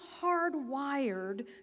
hardwired